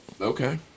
okay